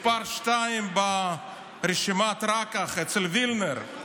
מס' שתיים ברשימת רק"ח אצל וילנר.